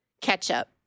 ketchup